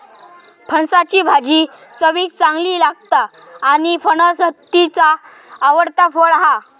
फणसाची भाजी चवीक चांगली लागता आणि फणस हत्तीचा आवडता फळ हा